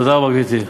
תודה רבה, גברתי.